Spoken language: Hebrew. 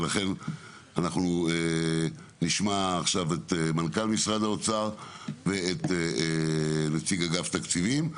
ולכן אנחנו נשמע עכשיו את מנכ"ל משרד האוצר ואת נציג אגף תקציבים.